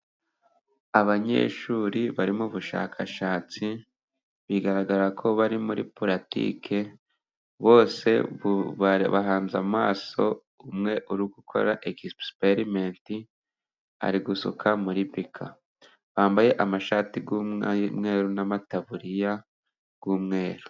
Abanyeshuri bari mu bushakashatsi，bigaragara ko bari muri puratike， bose bahanze amaso umwe uri gukora egisiperimenti， ari gusuka muri bika， bambaye amashati y’umweru， n'amataburiya y'umweru.